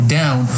down